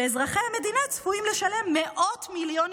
שאזרחי המדינה צפויים לשלם מאות מיליונים